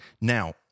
Now